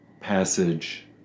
passage